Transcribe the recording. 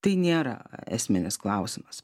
tai nėra esminis klausimas